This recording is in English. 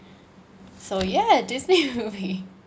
so ya Disney movie